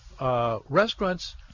restaurants